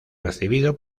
recibido